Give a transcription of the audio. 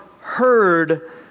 heard